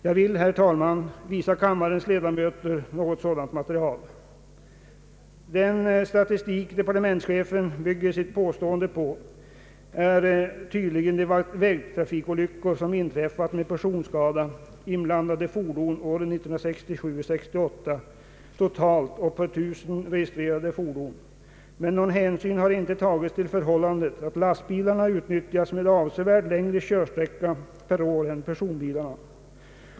Jag vill, herr talman, visa kammarens ledamöter ett sådant material, Den statistik departementschefen bygger sitt påstående på avser tydligen de vägtrafikolyckor med personskador som inträffat åren 1967 och 1968 och utvisar antalet inblandade fordon, totalt och på 1000 registrerade fordon, men någon hänsyn har där inte tagits till förhållandet att lastbilarna har avsevärt längre körsträcka per år än personbilarna.